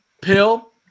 pill